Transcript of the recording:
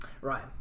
right